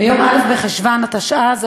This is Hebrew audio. בחשוון התשע"ז,